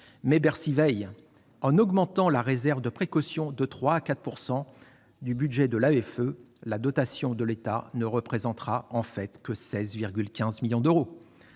Mais Bercy veille : avec une augmentation de la réserve de précaution de 3 % à 4 % du budget de l'AEFE, la dotation de l'État ne représentera en fait que 16,15 millions d'euros.